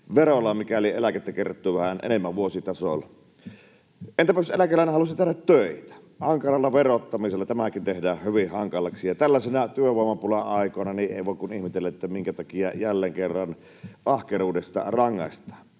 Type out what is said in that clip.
verolla, mikäli eläkettä kertyy vähän enemmän vuositasolla. Entäpä jos eläkeläinen haluaisi tehdä töitä? Ankaralla verottamisella tämäkin tehdään hyvin hankalaksi, ja tällaisina työvoimapulan aikoina ei voi kuin ihmetellä, minkä takia jälleen kerran ahkeruudesta rangaistaan.